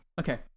Okay